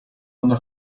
una